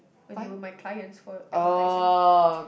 when they were my clients for advertising